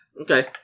Okay